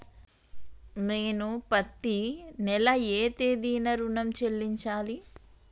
నేను పత్తి నెల ఏ తేదీనా ఋణం చెల్లించాలి?